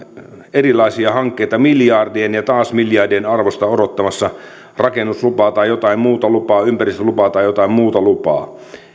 erilaisia hankkeita miljardien ja taas miljardien arvosta odottamassa rakennuslupaa tai jotain muuta lupaa ympäristölupaa tai jotain muuta lupaa